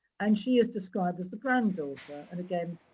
and she is described as the granddaughter. and again,